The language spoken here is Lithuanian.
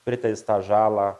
priteistą žalą